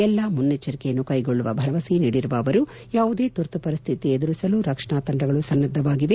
ಎಲ್ಲಾ ಮುನ್ನಚ್ಚರಿಕೆಯನ್ನು ಕೈಗೊಳ್ಳುವ ಭರವಸೆ ನೀಡಿರುವ ಅವರು ಯಾವುದೇ ತುರ್ತು ಪರಿಸ್ಥಿತಿಯನ್ನು ಎದುರಿಸಲು ರಕ್ಷಣಾ ತಂಡಗಳು ಸನ್ನದ್ಧವಾಗಿವೆ